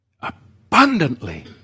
abundantly